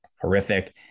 horrific